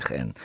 en